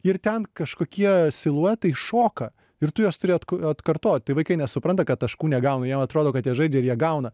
ir ten kažkokie siluetai šoka ir tu juos turi atkartot tai vaikai nesupranta kad taškų negauna jiem atrodo kad jie žaidžia ir jie gauna